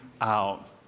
out